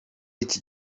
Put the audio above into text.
iki